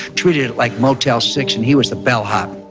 treated it like motel six and he was the bellhop.